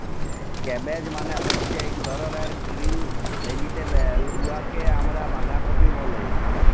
cabbage মালে হছে ইক ধরলের গিরিল ভেজিটেবল উয়াকে আমরা বাঁধাকফি ব্যলি